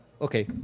Okay